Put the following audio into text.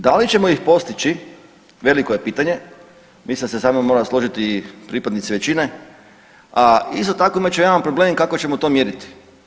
Da li ćemo ih postići, veliko je pitanje mislim da se sa mnom moraju složiti i pripadnici većine, a isto tako imat ćemo jedan problem kako ćemo to mjeriti.